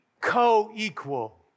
co-equal